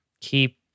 Keep